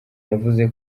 yavuze